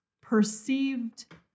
perceived